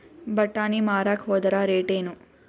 ಬಟಾನಿ ಮಾರಾಕ್ ಹೋದರ ರೇಟೇನು?